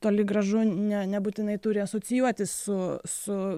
tai toli gražu ne nebūtinai turi asocijuotis su su